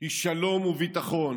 היא שלום וביטחון,